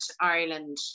Ireland